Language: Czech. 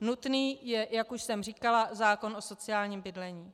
Nutný je, jak už jsem říkala, zákon o sociálním bydlení.